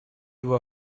его